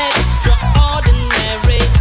Extraordinary